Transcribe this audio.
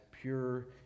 pure